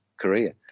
Korea